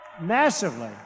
massively